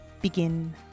begin